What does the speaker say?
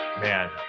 man